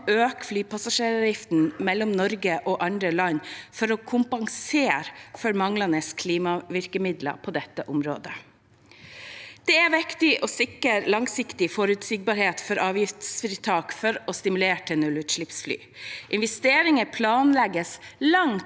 flypassasjeravgiften mellom Norge og andre land for å kompensere for manglende klimavirkemidler på dette området. Det er viktig å sikre langsiktig forutsigbarhet for avgiftsfritak for å stimulere til nullutslippsfly. Investeringer planlegges lang